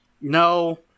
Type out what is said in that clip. No